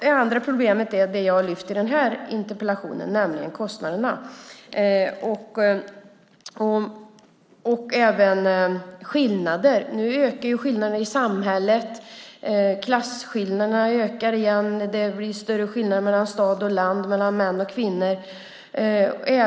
Ett annat problem är det som jag har lyft fram i den här interpellationen, nämligen kostnader och även skillnader. Nu ökar skillnaderna i samhället. Klasskillnaderna ökar igen. Det blir större skillnad mellan stad och land, mellan män och kvinnor.